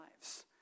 lives